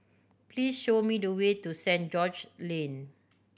please show me the way to Saint George Lane